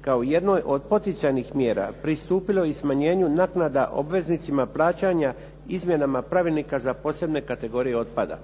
kao jednoj od poticajnih mjera pristupilo i smanjenju naknada obveznicima plaćanja izmjenama Pravilnika za posebne kategorije otpada.